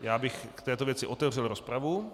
Já bych k této věci otevřel rozpravu.